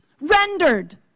rendered